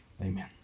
Amen